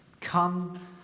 Come